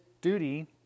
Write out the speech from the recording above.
duty